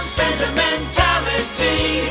sentimentality